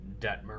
Detmer